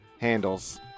handles